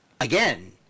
again